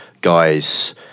guys